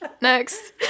Next